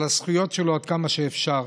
על הזכויות שלו, עד כמה שאפשר.